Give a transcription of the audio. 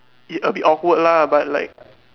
it a bit awkward lah but like